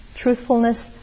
truthfulness